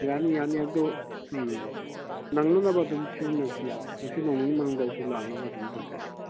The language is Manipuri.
ꯌꯥꯅꯤ ꯌꯥꯅꯤ ꯑꯗꯣ ꯎꯝ ꯅꯪꯅꯅꯕ ꯑꯗꯨꯝ ꯁꯤꯖꯤꯟꯅꯁꯤ ꯌꯥꯅꯤ ꯉꯁꯤ ꯅꯣꯡ ꯅꯤꯅꯤ ꯃꯅꯨꯡꯗ ꯑꯩꯁꯨ ꯂꯥꯛꯅꯕ ꯑꯗꯨꯝ ꯇꯧꯖꯒꯦ